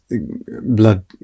blood